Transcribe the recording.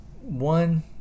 one